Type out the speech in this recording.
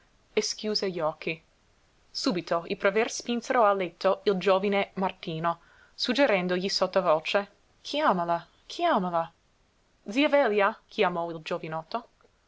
e schiuse gli occhi subito i prever spinsero al letto il giovine martino suggerendogli sottovoce chiamala chiamala zia velia chiamò il giovanotto